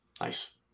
Nice